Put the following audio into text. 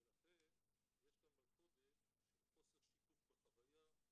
ולכן יש כאן מלכודת של חוסר שיתוף בחוויה,